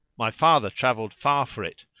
my father travelled far for it,